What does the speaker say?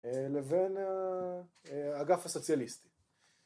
לבין האגף הסוציאליסטי